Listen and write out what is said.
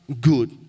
good